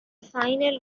final